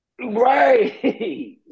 Right